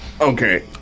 okay